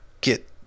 get